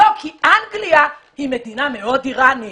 כי לא, כי אנגליה היא מדינה מאוד איראנית,